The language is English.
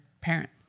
parent